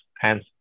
hands